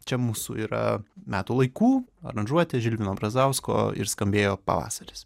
čia mūsų yra metų laikų aranžuotė žilvino brazausko ir skambėjo pavasaris